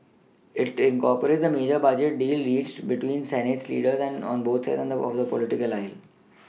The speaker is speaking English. it incorporates the major budget deal reached between Senate leaders an on both sides of the political aisle